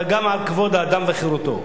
אבל גם על כבוד האדם וחירותו.